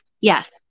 Yes